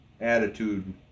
attitude